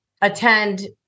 attend